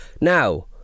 Now